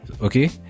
Okay